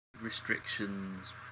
restrictions